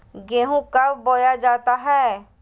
गेंहू कब बोया जाता हैं?